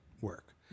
work